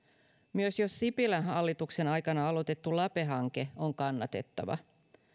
myös jo sipilän hallituksen aikana aloitettu lape hanke on kannatettava